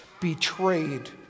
betrayed